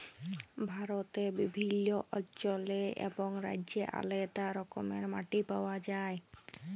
ভারতে বিভিল্ল্য অল্চলে এবং রাজ্যে আলেদা রকমের মাটি পাউয়া যায়